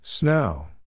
Snow